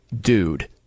dude